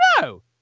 no